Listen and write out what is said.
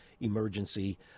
emergency